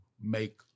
make